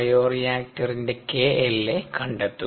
ബയോറിയാക്റ്ററിന്റെ kLa കണ്ടെത്തുക